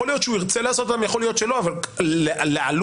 יכול להיות שהוא ירצה לעשות אותם,